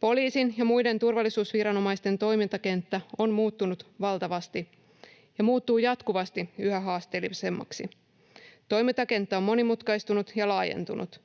Poliisin ja muiden turvallisuusviranomaisten toimintakenttä on muuttunut valtavasti ja muuttuu jatkuvasti yhä haasteellisemmaksi. Toimintakenttä on monimutkaistunut ja laajentunut.